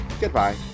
Goodbye